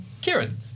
Kieran